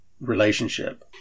relationship